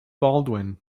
baldwin